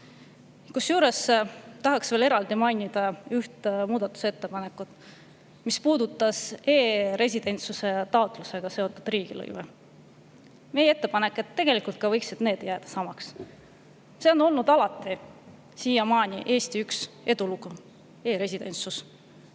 Kusjuures tahaks veel eraldi mainida üht muudatusettepanekut, mis puudutas e-residentsuse taotlusega seotud riigilõive. Meie ettepanek oli, et ka need võiksid jääda samaks. See on olnud siiamaani alati üks Eesti edulugu, e-residentsus,